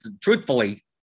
Truthfully